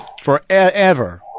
forever